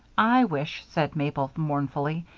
i wish, said mabel, mournfully,